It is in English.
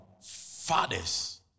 fathers